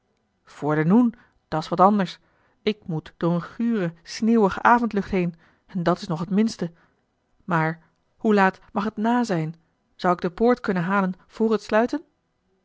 voor den noen dat's wat anders ik moet door een gure sneeuwige avondlucht heen en dat is nog het minste maar a l g bosboom-toussaint de delftsche wonderdokter eel hoe laat mag het n zijn zou ik de poort kunnen halen voor het sluiten